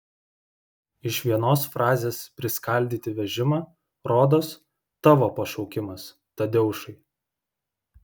iš vienos frazės priskaldyti vežimą rodos tavo pašaukimas tadeušai